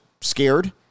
scared